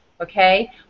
Okay